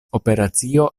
operacio